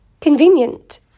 Convenient